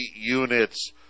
units